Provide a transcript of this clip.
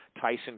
Tyson